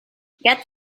get